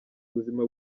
ubuzima